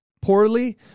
poorly